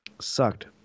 Sucked